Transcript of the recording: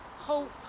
hope.